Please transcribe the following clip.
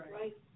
Right